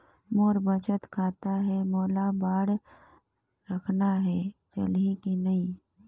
मोर बचत खाता है मोला बांड रखना है चलही की नहीं?